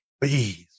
please